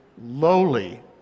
lowly